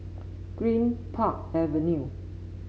Greenpark Avenue